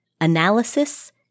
analysis